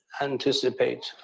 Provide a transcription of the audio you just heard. anticipate